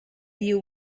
you